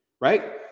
right